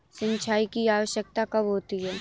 सिंचाई की आवश्यकता कब होती है?